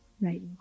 right